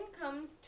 comes